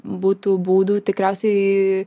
būtų būdų tikriausiai